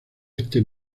este